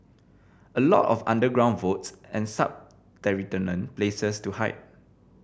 a lot of underground vaults and subterranean places to hide